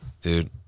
dude